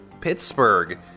Pittsburgh